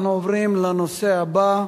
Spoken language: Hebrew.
אנחנו עוברים לנושא הבא,